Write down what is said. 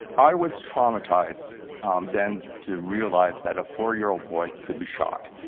i was traumatized then to realize that a four-year old boy could be shot.